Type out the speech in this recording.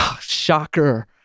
shocker